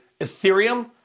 Ethereum